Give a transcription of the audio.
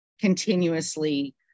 continuously